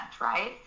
right